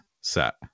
set